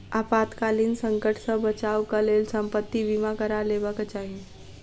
आपातकालीन संकट सॅ बचावक लेल संपत्ति बीमा करा लेबाक चाही